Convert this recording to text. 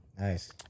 nice